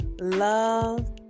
love